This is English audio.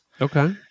Okay